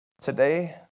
Today